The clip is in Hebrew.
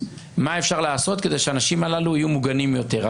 מה אפשר לעשות כדי שהאנשים הללו יהיו מוגנים יותר.